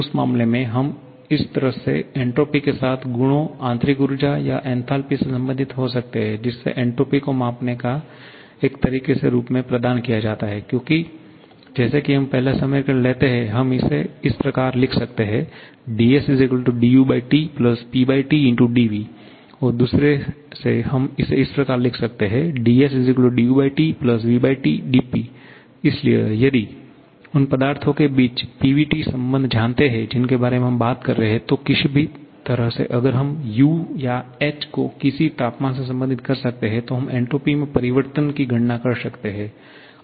उस मामले में हम इस तरह से एन्ट्रापी के साथ गुणों आंतरिक ऊर्जा या एन्थालपी से संबंधित हो सकते हैं जिससे एंट्रोपी को मापने के एक तरीके के रूप में प्रदान किया जाता है क्योंकि जैसे कि हम पहला समीकरण लेते हैं हम इसे इस प्रकार लिख सकते हैं की 𝑑𝑠 𝑑𝑢T𝑃T 𝑑𝑣 और दूसरे से हम इसे इस प्रकार लिख सकते हैं 𝑑𝑠 𝑑𝑢TvT 𝑑P इसलिए यदि हम उन पदार्थों के बीच PVT संबंध जानते हैं जिनके बारे में हम बात कर रहे हैं और किसी भी तरह से अगर हम u या h को किसी तापमान से संबंधित कर सकते हैं तो हम एन्ट्रापी में परिवर्तन की गणना कर सकते हैं